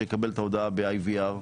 שיקבל את ההודעה ב-IVR,